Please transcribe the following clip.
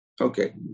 Okay